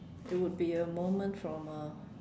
it would be a moment from uh